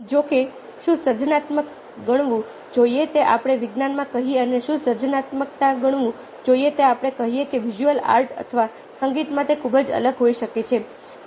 જો કે શું સર્જનાત્મક ગણવું જોઈએ તે આપણે વિજ્ઞાનમાં કહીએ અને શું સર્જનાત્મક ગણવું જોઈએ તે આપણે કહીએ કે વિઝ્યુઅલ આર્ટ અથવા સંગીતમાં તે ખૂબ જ અલગ હોઈ શકે છે